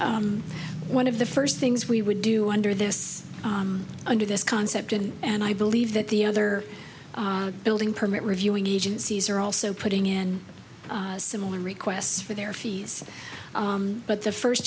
question one of the first things we would do under this under this concept and and i believe that the other building permit reviewing agencies are also putting in similar requests for their fees but the first